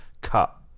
cut